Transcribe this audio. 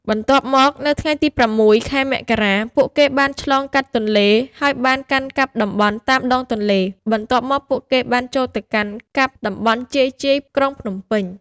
បន្ទាប់មកនៅថ្ងៃទី ០៦ ខែ មករា ពួកគេបានឆ្លងកាត់ទន្លេ ហើយបានកាន់កាប់តំបន់តាមដងទន្លេ បន្ទាប់មកពួកគេបានចូលទៅកាន់កាប់តំបន់ជាយៗក្រុងភ្នំពេញ។